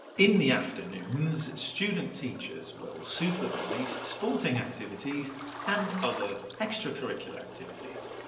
in the afternoons student teachers will supervise sporting activities and other extra-curricular activities.